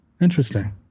Interesting